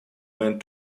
went